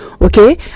Okay